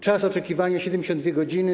Czas oczekiwania: 72 godziny.